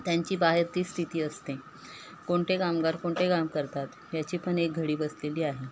त्यांची बाहेर तीच स्थिती असते कोणते कामगार कोणते काम करतात ह्याची पण एक घडी बसलेली आहे